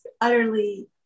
utterly